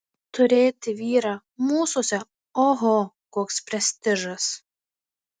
turėti vyrą mūsuose oho koks prestižas